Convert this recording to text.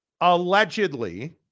Allegedly